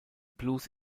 blues